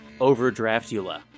Overdraftula